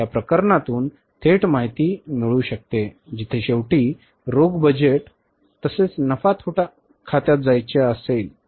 या प्रकरणातून थेट माहिती मिळू शकते जिथे शेवटी रोख बजेट तसेच नफा तोटा खात्यात जायचे आहे